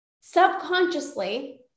subconsciously